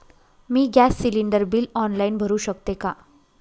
मी gas cylinder bill online भरु शकते का?